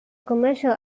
commercial